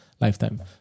lifetime